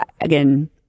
again